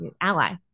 Ally